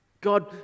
God